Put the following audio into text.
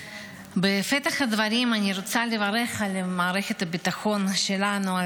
בפתח הדברים אני רוצה לדבר על מערכת הביטחון שלנו,